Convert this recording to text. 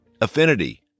affinity